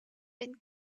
been